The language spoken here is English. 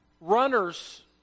Runners